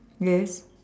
yes